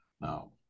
now